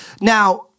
now